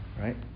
right